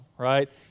right